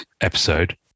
episode